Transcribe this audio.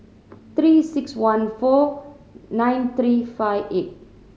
Three Six One four nine three five eight